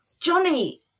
Johnny